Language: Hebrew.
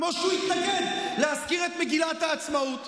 כמו שהוא התנגד להזכיר את מגילת העצמאות.